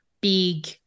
big